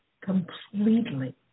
completely